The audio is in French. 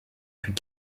fut